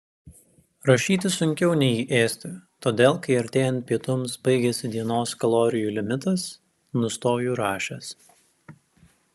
rašyti sunkiau nei ėsti todėl kai artėjant pietums baigiasi dienos kalorijų limitas nustoju rašęs